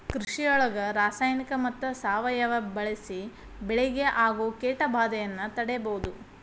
ಕೃಷಿಯೊಳಗ ರಾಸಾಯನಿಕ ಮತ್ತ ಸಾವಯವ ಬಳಿಸಿ ಬೆಳಿಗೆ ಆಗೋ ಕೇಟಭಾದೆಯನ್ನ ತಡೇಬೋದು